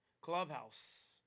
Clubhouse